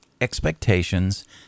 expectations